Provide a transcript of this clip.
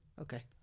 okay